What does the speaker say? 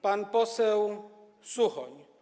Pan poseł Suchoń.